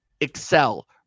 excel